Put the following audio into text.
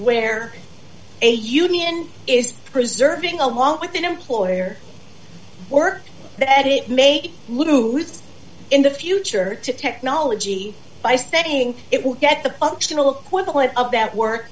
where a union is preserving along with an employer or that it may lose in the future to technology by stating it will get the functional equivalent of that work